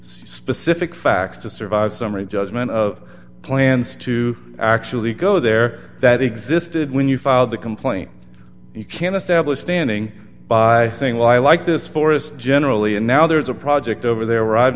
specific facts to survive summary judgment of plans to actually go there that existed when you filed the complaint you can establish standing by saying well i like this forest generally and now there is a project over there